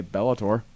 Bellator